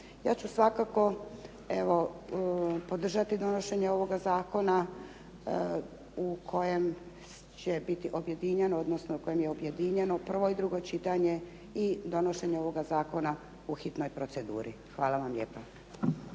Ja ću svakako podržati donošenje ovoga zakona u kojem će biti objedinjeno, odnosno u kojem je objedinjeno prvo i drugo čitanje i donošenje ovoga zakona u hitnoj proceduri. Hvala vam lijepa.